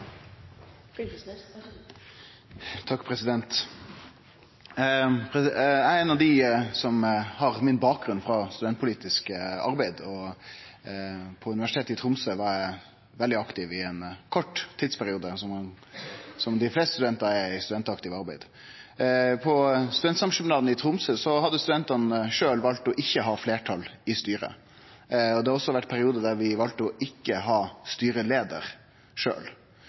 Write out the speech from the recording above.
på Universitetet i Tromsø var eg veldig aktiv i ein kort tidsperiode – som dei fleste studentar er – i studentaktivt arbeid. I Studentsamskipnaden i Tromsø hadde studentane sjølve valt ikkje å ha fleirtal i styret. Det har også vore periodar der vi valde ikkje å ha